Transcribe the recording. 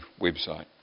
website